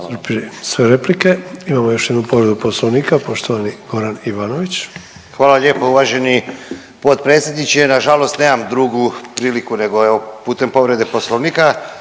sve replike, imamo još jednu povredu poslovnika, poštovani Goran Ivanović. **Ivanović, Goran (HDZ)** Hvala lijepo uvaženi potpredsjedniče. Nažalost nemam drugu priliku nego evo putem povrede poslovnika